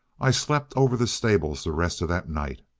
i slept over the stables the rest of that night.